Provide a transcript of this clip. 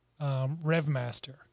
Revmaster